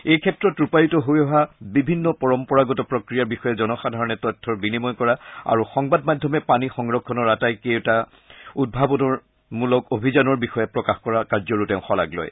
এই ক্ষেত্ৰত ৰূপায়িত হৈ অহা বিভিন্ন পৰম্পৰাগত প্ৰফ্ৰিয়াৰ বিষয়ে জনসাধাৰণে তথ্যৰ বিনিময় কৰা আৰু সংবাদ মাধ্যমে পানী সংৰক্ষণৰ কেইবাটাও উদ্ভাৱনমূলক অভিযানৰ বিষয়ে প্ৰকাশ কৰা কাৰ্যৰো তেওঁ শলাগ লয়